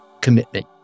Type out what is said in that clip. commitment